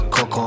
Coco